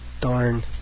Darn